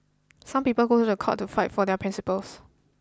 some people go to court to fight for their principles